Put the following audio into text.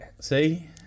See